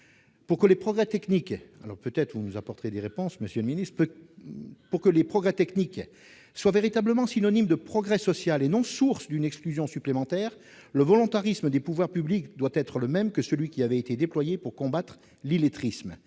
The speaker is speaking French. Pour que les progrès techniques soient véritablement synonymes de progrès social et non source d'une exclusion supplémentaire, le volontarisme des pouvoirs publics doit être identique à celui qui avait été déployé pour combattre l'illettrisme.